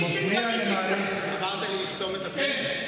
הוא מפריע למהלך, אמרת לי לסתום את הפה?